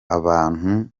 abantu